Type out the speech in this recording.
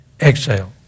exhale